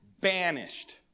Banished